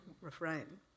refrain